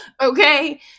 Okay